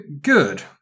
Good